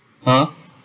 hmm